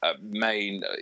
main